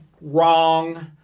wrong